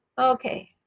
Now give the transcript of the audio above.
Okay